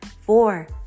four